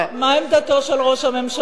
מה עמדתך, ראש הממשלה?